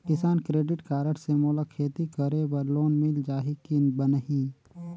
किसान credit card से मोला खेती करे बर लोन मिल जाहि की बनही??